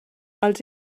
els